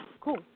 Cool